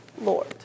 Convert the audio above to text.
Lord